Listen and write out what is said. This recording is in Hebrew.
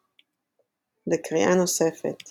אננארבה לקריאה נוספת